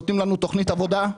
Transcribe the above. נותנים לנו תכנית עבודה.